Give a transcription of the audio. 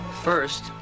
First